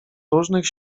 różnych